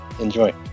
enjoy